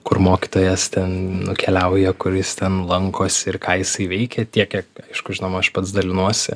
kur mokytojas ten nukeliauja kur jis ten lankosi ir ką jisai veikia tiek tiek aišku žinoma aš pats dalinuosi